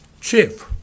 chief